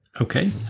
Okay